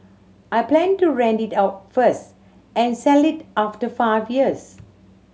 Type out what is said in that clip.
I plan to rent it out first and sell it after five years